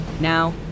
now